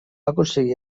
aconseguir